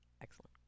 Excellent